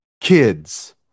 kids